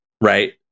Right